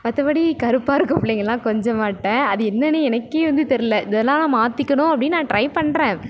மற்றபடி கருப்பாக இருக்கற பிள்ளைகங்ள்லாம் கொஞ்ச மாட்டேன் அது என்னன்னு எனக்கே வந்து தெரில இதெல்லாம் நான் மாற்றிக்கணும் அப்டின்னு நான் ட்ரை பண்ணுறேன்